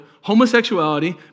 homosexuality